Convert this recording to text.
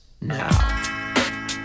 now